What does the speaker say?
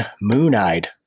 moon-eyed